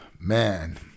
Man